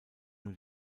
nur